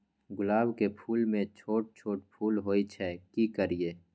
गुलाब के फूल में छोट छोट फूल होय छै की करियै?